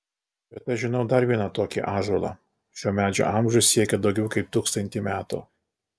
bet aš žinau dar vieną tokį ąžuolą šio medžio amžius siekia daugiau kaip tūkstantį metų